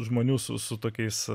žmonių su tokiais